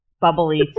bubbly